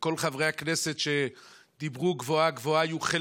כל חברי הכנסת שדיברו גבוהה-גבוהה היו חלק